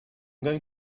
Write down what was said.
going